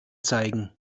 zeigen